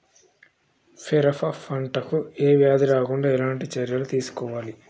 పెరప పంట కు ఏ వ్యాధి రాకుండా ఎలాంటి చర్యలు తీసుకోవాలి?